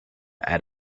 add